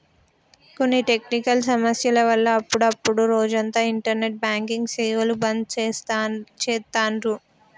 కొన్ని టెక్నికల్ సమస్యల వల్ల అప్పుడప్డు రోజంతా ఇంటర్నెట్ బ్యాంకింగ్ సేవలు బంద్ చేత్తాండ్రు